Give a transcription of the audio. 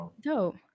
Dope